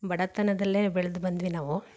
ಬಡತನದಲ್ಲೇ ಬೆಳ್ದು ಬಂದ್ವಿ ನಾವು